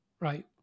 right